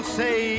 say